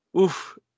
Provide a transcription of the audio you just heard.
oof